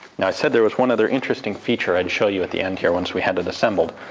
now i said there was one other interesting feature i'd show you at the end here once we had it assembled.